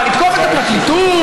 אבל לתקוף את הפרקליטות,